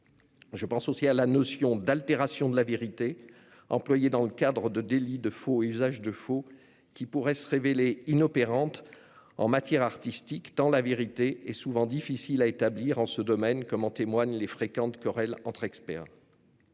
Je pense aussi à la notion d'« altération de la vérité » employée dans le cadre du délit de faux et usage de faux, qui pourrait se révéler inopérante en matière artistique tant la vérité est souvent difficile à établir en ce domaine, comme en témoignent les fréquentes querelles entre experts.